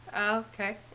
Okay